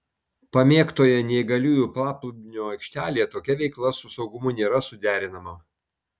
pamėgtoje neįgaliųjų paplūdimio aikštelėje tokia veikla su saugumu nėra suderinama